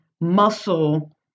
muscle